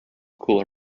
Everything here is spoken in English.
cooler